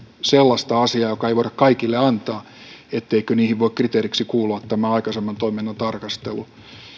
sellaista asiaa jota ei voida kaikille antaa voi kriteeriksi kuulua aikaisemman toiminnan tarkastelu